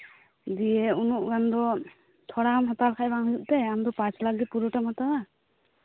ᱫᱤᱭᱮ ᱩᱱᱟᱹᱜ ᱜᱟᱱ ᱫᱚ ᱛᱷᱚᱲᱟ ᱜᱟᱱ ᱮᱢ ᱦᱟᱛᱟᱣ ᱞᱮᱠᱷᱟᱱ ᱵᱟᱝ ᱦᱩᱭᱩᱜ ᱛᱮ ᱟᱢ ᱫᱚ ᱯᱟᱸᱪ ᱞᱟᱠ ᱜᱮ ᱯᱩᱨᱟᱹᱴᱟᱢ ᱦᱟᱛᱟᱣᱟ